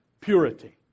purity